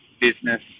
business